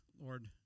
Lord